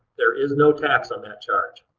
there is no tax on that charge.